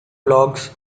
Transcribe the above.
blogs